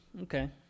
Okay